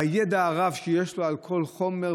הידע הרב שיש לו על כל חומר,